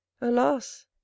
alas